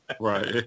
Right